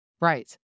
Right